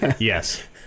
Yes